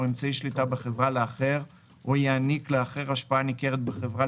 או אמצעי שליטה בחברה לאחר או יעניק לאחר השפעה ניכרת בחברה,